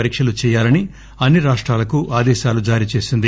పరీక్షలు చేయాలని అన్ని రాష్టాలకు ఆదేశాలు జారీచేసింది